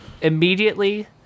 immediately